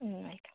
ആയിക്കോട്ടെ